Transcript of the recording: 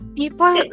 people